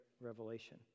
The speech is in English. Revelation